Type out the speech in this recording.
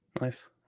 Nice